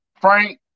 Frank